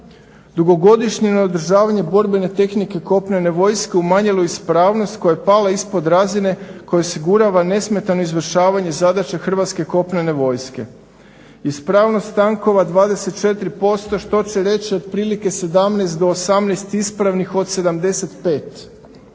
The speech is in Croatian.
Dugogodišnje neodržavanje borbene tehnike Kopnene vojske umanjilo je ispravnost koja je pala ispod razine koja osigurava nesmetano izvršavanje zadaća Hrvatske kopnene vojske. Ispravnost tankova 24% što će reći otprilike 17 do 18 ispravnih od 75